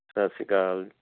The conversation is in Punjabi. ਸਤਿ ਸ਼੍ਰੀ ਅਕਾਲ